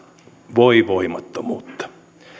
voi voimattomuutta